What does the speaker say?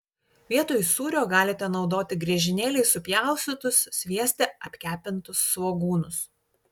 vietoj sūrio galite naudoti griežinėliais supjaustytus svieste apkepintus svogūnus